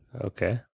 Okay